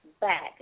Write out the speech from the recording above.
back